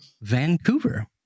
vancouver